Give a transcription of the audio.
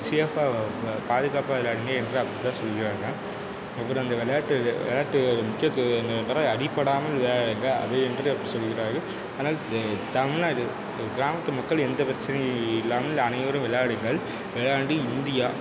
சேஃபாக பாதுகாப்பாக விளையாடுங்கள் என்று அப்படிதான் சொல்கிறார்கள் அப்புறம் அந்த விளையாட்டு விளையாட்டு முக்கியத்துவம் என்னவென்றால் அடிபடாமல் விளையாடுவது என்றால் அது என்று அப்படி சொல்கிறார்கள் ஆனால் இந்த தமிழ்நாடு இப்போ கிராமத்து மக்கள் எந்த பிரச்சினையும் இல்லாமல் அனைவரும் விளையாடுங்கள் விளையாண்டு இந்தியா